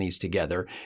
Together